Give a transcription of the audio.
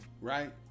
Right